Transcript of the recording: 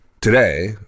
today